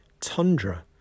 tundra